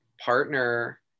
partner